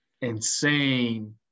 insane